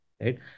right